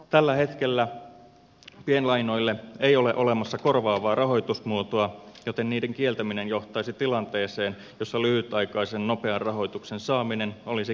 tällä hetkellä pienlainoille ei ole olemassa korvaavaa rahoitusmuotoa joten niiden kieltäminen johtaisi tilanteeseen jossa lyhytaikaisen nopean rahoituksen saaminen olisi käytännössä mahdotonta